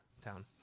town